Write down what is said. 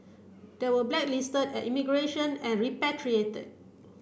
they were blacklisted at immigration and repatriated